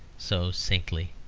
so saintly?